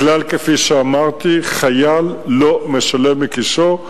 הכלל, כפי שאמרתי: חייל לא משלם מכיסו.